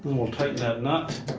we'll tighten that nut,